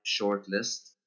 shortlist